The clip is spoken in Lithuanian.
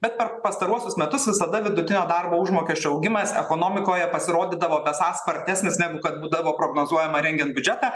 bet per pastaruosius metus visada vidutinio darbo užmokesčio augimas ekonomikoje pasirodydavo esąs spartesnis negu kad būdavo prognozuojama rengiant biudžetą